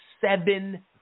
seven